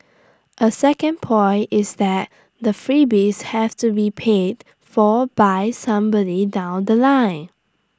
A second point is that the freebies have to be paid for by somebody down The Line